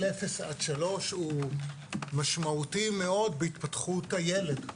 0-3 הוא משמעותי מאוד בהתפתחות הילד.